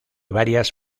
varias